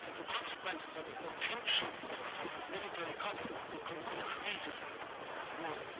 and the consequences of a potential military conflict become increasingly more